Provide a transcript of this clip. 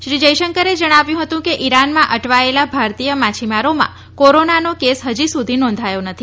શ્રી જયશંકરે જણાવ્યું હતું કે ઇરાનમાં અટવાયેલા ભારતીય માછીમારોમાં કોરોનાનો કેસ હજી સુધી નોંધાયો નથી